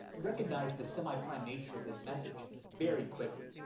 recognized the semi-prime nature of this message very quickly,